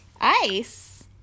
Ice